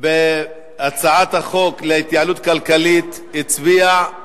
הצביע בהצעת חוק ההתייעלות הכלכלית אבל